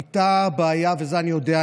הייתה בעיה, ואת זה אני יודע.